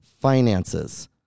finances